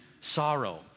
sorrow